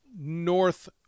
north